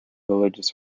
religious